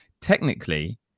Technically